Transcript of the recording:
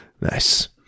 Nice